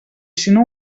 sinó